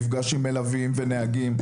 נפגש עם מלווים ונהגים.